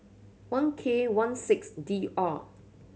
one K one six D R